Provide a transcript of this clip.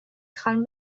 خانم